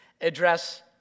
address